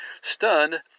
Stunned